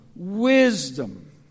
Wisdom